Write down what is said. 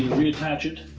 reattach it